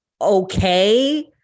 okay